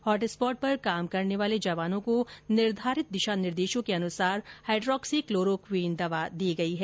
hotspot पर काम करने वाले जवानों को निर्धारित दिशा निर्देशों के अनुसार हाइड्रोक्सी क्लोरो क्वीन दी गई है